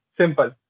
simple